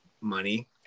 money